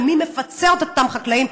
ומי מפצה את אותם חקלאים.